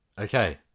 Okay